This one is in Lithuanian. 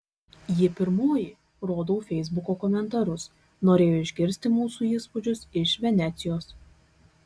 ji pirmoji rodau feisbuko komentarus norėjo išgirsti mūsų įspūdžius iš venecijos